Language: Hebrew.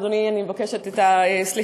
אז, אדוני, אני מבקשת את הסליחה.